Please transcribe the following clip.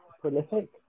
prolific